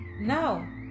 now